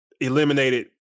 eliminated